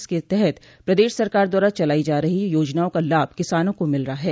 इसके तहत प्रदेश सरकार द्वारा चलाई जा रही योजनाओं का लाभ किसानों को मिल रहा है